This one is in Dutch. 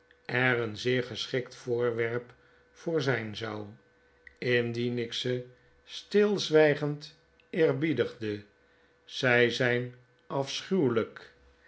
er een zeer geschikt voorwerp voor zyn zou indien ik ze stilzwygend eerbiedigde zy zyn